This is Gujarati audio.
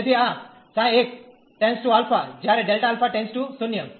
તેથી આ ξ 1→ α જ્યારે Δ α → 0